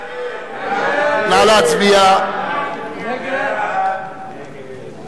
הודעת ראש הממשלה נתקבלה.